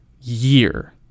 year